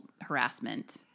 harassment